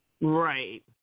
Right